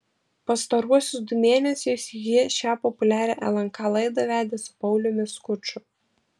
pastaruosius du mėnesius ji šią populiarią lnk laidą vedė su pauliumi skuču